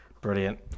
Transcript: Brilliant